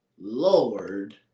Lord